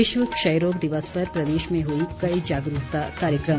विश्व क्षयरोग दिवस पर प्रदेश में हुए कई जागरूकता कार्यक्रम